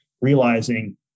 realizing